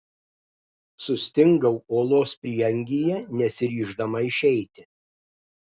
sustingau olos prieangyje nesiryždama išeiti